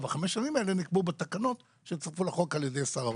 חמש השנים האלה נקבעו בתקנות שצורפו לחוק על ידי שר האוצר.